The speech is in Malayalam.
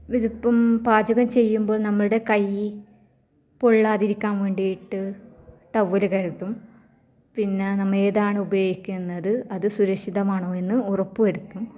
ഇതിപ്പം പാചകം ചെയ്യുമ്പോൾ നമ്മുടെ കൈ പൊള്ളാതിരിക്കാൻ വേണ്ടിയിട്ട് ടവൽ കരുതും പിന്നെ നമ്മൾ ഏതാണ് ഉപയോഗിക്കുന്നത് അത് സുരക്ഷിതമാണോ എന്ന് ഉറപ്പ് വരുത്തും